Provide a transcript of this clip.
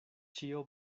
ĉio